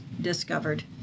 discovered